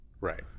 Right